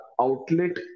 outlet